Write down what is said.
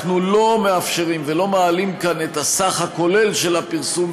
אנחנו לא מאפשרים ולא מעלים כאן את הסך הכולל של הפרסום,